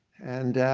and